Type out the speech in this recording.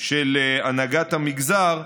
של הנהגת המגזר,